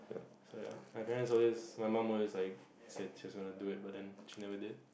so ya my parents always my mum always like said she wants to do it but then she never did